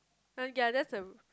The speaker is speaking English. that's a